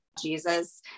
Jesus